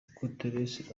guterres